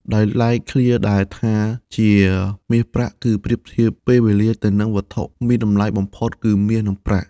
ដោយឡែក ឃ្លាដែលថាជាមាសប្រាក់ គឺប្រៀបធៀបពេលវេលាទៅនឹងវត្ថុមានតម្លៃបំផុតគឺមាស និងប្រាក់។